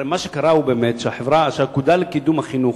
הרי מה שקרה הוא באמת שהאגודה לקידום החינוך,